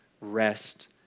rest